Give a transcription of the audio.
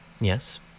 Yes